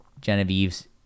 Genevieve's